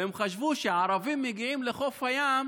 והם חשבו שהערבים מגיעים לחוף הים